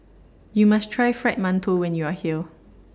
YOU must Try Fried mantou when YOU Are here